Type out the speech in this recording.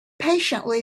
patiently